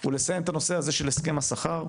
הוא לסיים את הנושא הזה של הסכם השכר.